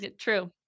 True